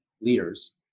leaders